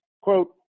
quote